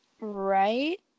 Right